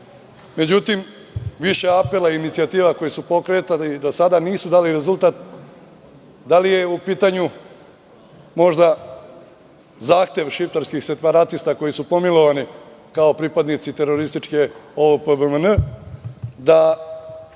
spomenik.Međutim, više apela i inicijativa koji su pokretani do sada nisu dali rezultat. Da li je u pitanju možda zahtev šiptarskih separatista koji su pomilovani kao pripadnici terorističke OVPBM da